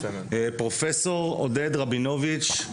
פרופ' עודד רבינוביץ,